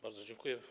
Bardzo dziękuję.